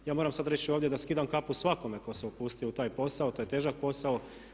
Ja moram sad reći ovdje da skidam kapu svakome tko se upustio u taj posao, taj težak posao.